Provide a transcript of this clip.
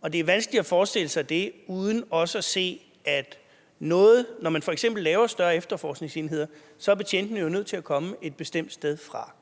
Og det er vanskeligt at forestille sig det uden også at se, at når man f.eks. laver større efterforskningsenheder, er betjentene jo nødt til at komme et bestemt sted fra.